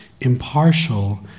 impartial